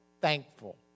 thankful